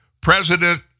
president